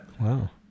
Wow